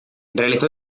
realizó